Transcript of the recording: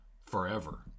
forever